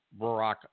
Barack